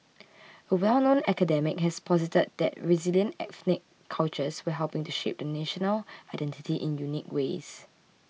a well known academic has posited that resilient ethnic cultures were helping to shape the national identity in unique ways